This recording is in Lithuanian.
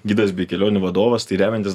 gidas bei kelionių vadovas tai remiantis